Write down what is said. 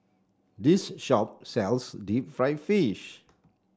this shop sells Deep Fried Fish